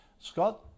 Scott